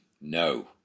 No